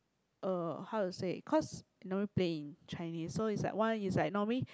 uh how to say cause never play in Chinese so it's like one is like normally